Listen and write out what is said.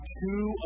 two